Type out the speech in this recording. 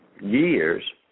years